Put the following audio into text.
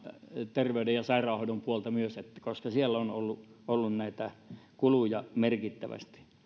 terveyden ja sairaanhoidon puolta myös koska siellä on ollut kuluja merkittävästi